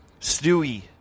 Stewie